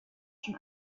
schon